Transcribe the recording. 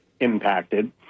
impacted